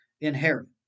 inherit